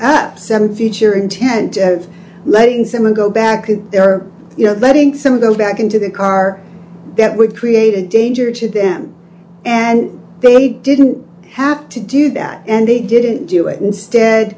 up some future intent of letting someone go back in there you know letting some of them back into the car that would create a danger to them and they didn't have to do that and they didn't do it instead